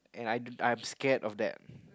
and that I I'm scared of that